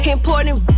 Important